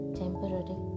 temporary